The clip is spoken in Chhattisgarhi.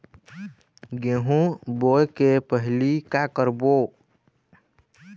गेहूं बोए के पहेली का का करबो?